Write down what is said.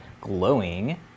glowing